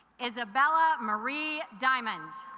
isabella marie diamond